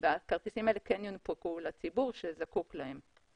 ואז הכרטיסים אלה כן יונפקו לציבור שזקוק להם.